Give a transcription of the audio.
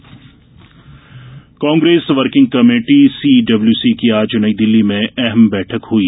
कांग्रेस बैठक Congress working committee CWC की आज नई दिल्ली में अहम बैठक हई